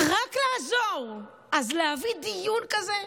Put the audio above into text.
רק לעזור, אז להביא דיון כזה,